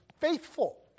faithful